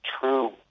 true